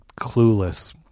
clueless